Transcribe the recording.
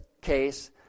case